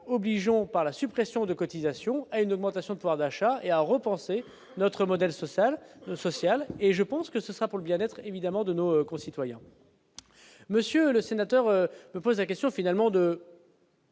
qui, par la suppression de cotisation à une augmentation de pouvoir d'achat est à repenser notre modèle social, social et je pense que ce sera pour le bien être évidemment de nos concitoyens, monsieur le sénateur peut pose question finalement de.